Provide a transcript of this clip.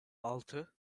altı